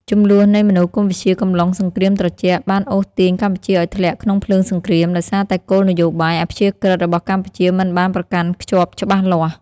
ជម្លោះនៃមនោគមវិជ្ជាកំឡុងសង្គ្រាមត្រជាក់បានអូសទាញកម្ពុជាឲ្យធ្លាក់ក្នុងភ្លើងសង្គ្រាម ដោយសារតែគោលនយោបាយអព្យាក្រឹត្យរបស់កម្ពុជាមិនបានប្រកាន់ខ្ជាប់ច្បាស់លាស់។